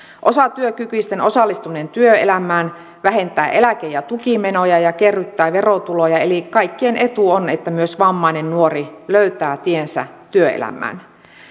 osatyökykyisten osallistuminen työelämään vähentää eläke ja tukimenoja ja kerryttää verotuloja eli kaikkien etu on että myös vammainen nuori löytää tiensä työelämään